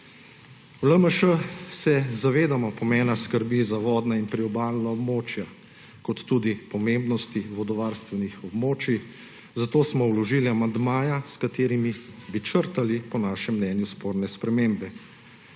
V LMŠ se zavedamo pomena skrbi za vodna in priobalna območja kot tudi pomembnosti vodovarstvenih območij, zato smo vložili amandmaja, s katerima bi črtali po našem mnenju sporne spremembe.